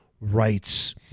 rights